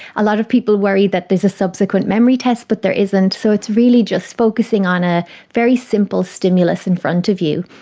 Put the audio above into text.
a lot of people worry that there is a subsequent memory test, but there isn't, so it's really just focusing on a very simple stimulus in front of you,